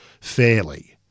fairly